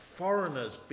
foreigners